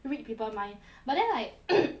read people mind but then like